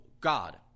God